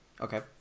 okay